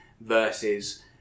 versus